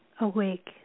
awake